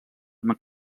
amb